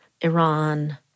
Iran